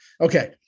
Okay